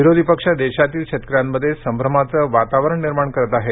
विरोधी पक्ष देशातील शेतकऱ्यांमध्ये संभ्रमाचं वातावरण निर्माण करत आहेत